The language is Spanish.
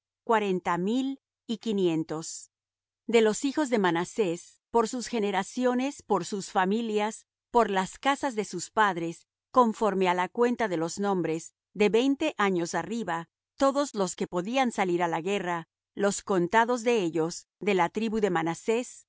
cuarenta mil y quinientos de los hijos de manasés por sus generaciones por sus familias por las casas de sus padres conforme á la cuenta de los nombres de veinte años arriba todos los que podían salir á la guerra los contados de ellos de la tribu de manasés